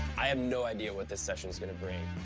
i have no idea what this session is going to bring.